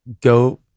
go